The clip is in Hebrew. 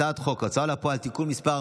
הצעת חוק ההוצאה לפועל (תיקון מס'